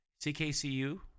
CKCU